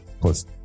plus